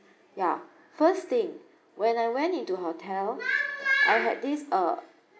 yeah first thing when I went into hotel I had this uh